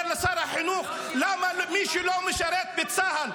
אומר לשר החינוך: למה מי שלא משרת בצה"ל,